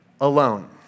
alone